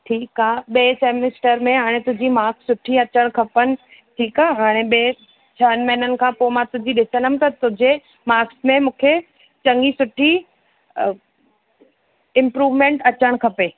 ठीकु आहे ॿिए सैमेस्टर में हाणे तुंहिंजी मार्क्स सुठी अचणु खपनि ठीकु आहे हाणे ॿिए छहनि महिननि खां पोइ मां तुंहिंजी ॾिसंदमि त तुंहिंजे मार्क्स में मूंखे चङी सुठी इम्प्रूवमेंट अचणु खपे